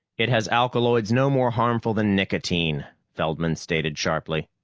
it has alkaloids no more harmful than nicotine, feldman stated sharply.